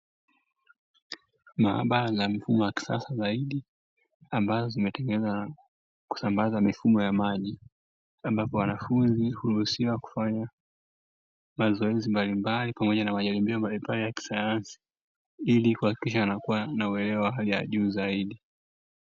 Maabara ya mifumo ya kisasa zaidi, ambayo imetengenezwa kusambaza mifumo ya maji, ambapo wanafunzi huruhusiwa kufanya mazoezi mbalimbali pamoja na majaribio mbalimbali ya kisayansi, ili kuhakikisha wanakuwa na uelewa wa hali ya juu zaidi.